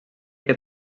que